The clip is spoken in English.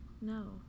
no